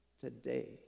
today